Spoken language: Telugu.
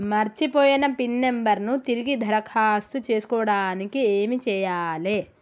మర్చిపోయిన పిన్ నంబర్ ను తిరిగి దరఖాస్తు చేసుకోవడానికి ఏమి చేయాలే?